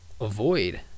avoid